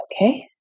Okay